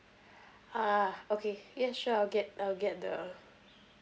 ah okay ya sure I'll get I'll get the